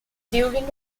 during